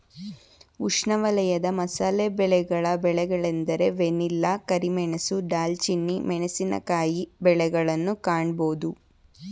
ಉಷ್ಣವಲಯದ ಮಸಾಲೆ ಬೆಳೆಗಳ ಬೆಳೆಗಳೆಂದರೆ ವೆನಿಲ್ಲಾ, ಕರಿಮೆಣಸು, ದಾಲ್ಚಿನ್ನಿ, ಮೆಣಸಿನಕಾಯಿ ಬೆಳೆಗಳನ್ನು ಕಾಣಬೋದು